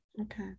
Okay